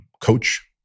coach